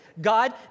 God